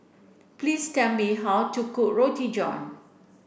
please tell me how to cook Roti John